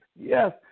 Yes